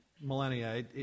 millennia